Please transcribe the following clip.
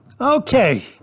okay